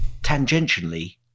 tangentially